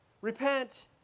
repent